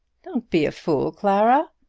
don't be a fool, clara.